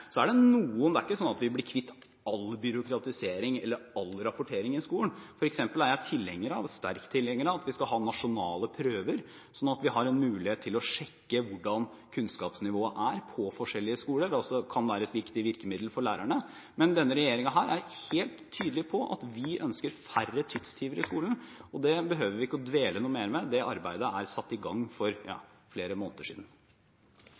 det er ikke slik at vi blir kvitt all byråkratisering eller all rapportering i skolen. Jeg er f.eks. sterk tilhenger av at vi skal ha nasjonale prøver, slik at vi har en mulighet til å sjekke hvordan kunnskapsnivået er på forskjellige skoler. Det kan være et viktig virkemiddel for lærerne. Men denne regjeringen er helt tydelig på at vi ønsker færre tidstyver i skolen. Det behøver vi ikke å dvele noe mer ved. Det arbeidet er satt i gang for flere måneder siden.